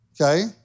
Okay